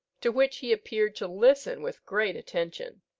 to which he appeared to listen with great attention.